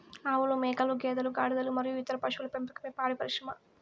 ఆవులు, మేకలు, గేదెలు, గాడిదలు మరియు ఇతర పశువుల పెంపకమే పాడి పరిశ్రమ